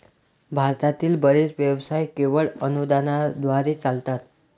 भारतातील बरेच व्यवसाय केवळ अनुदानाद्वारे चालतात